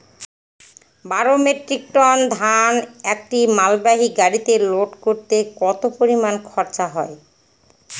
বারো metric ton ধান একটি মালবাহী গাড়িতে লোড করতে কতো পরিমাণ খরচা হয়?